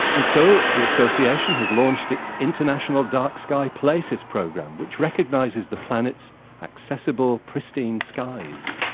and so, the association has launched its international dark sky places program, which recognises the planet's accessible, pristine skies.